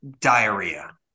diarrhea